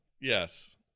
Yes